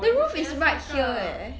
the roof is right here eh